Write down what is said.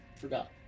forgot